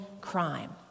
crime